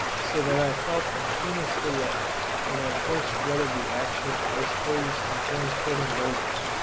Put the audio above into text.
so that i felt the keenest delight when i first read of the action of icebergs in transporting boulders,